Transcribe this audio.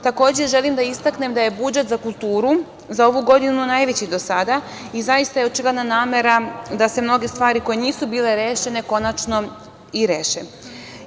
Takođe, želim da istaknem da je budžet za kulturu za ovu godinu najveći do sada i zaista je očigledna namera da se mnoge stvari, koje nisu bile rešene, konačno i reše.